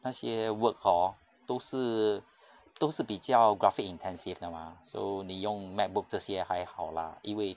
那些 work hor 都是都是比较 graphic intensive 的 mah so 你用 macbook 这些还好 lah 因为